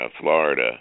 Florida